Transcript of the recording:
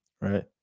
right